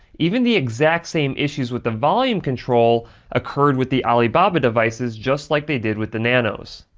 even the exact same issues with the volume control occurred with the alibaba devices, just like they did with the nanos.